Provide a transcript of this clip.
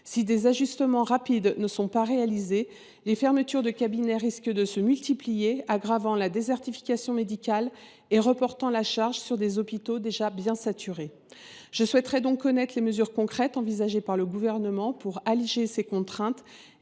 à des ajustements, les fermetures de cabinet risquent de se multiplier, d’aggraver la désertification médicale et de reporter la charge sur des hôpitaux déjà bien saturés. Je souhaite donc connaître les mesures concrètes envisagées par le Gouvernement pour alléger ces contraintes